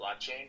blockchain